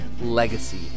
Legacy